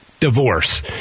Divorce